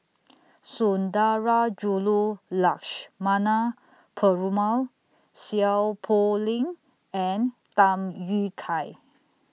Sundarajulu Lakshmana Perumal Seow Poh Leng and Tham Yui Kai